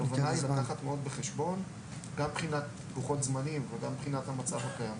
הכוונה היא לקחת בחשבון בחינה של לוחות זמנים ובחינה של המצב הקיים,